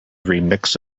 remix